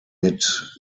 mit